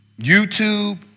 YouTube